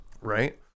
Right